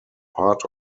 part